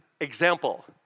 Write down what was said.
example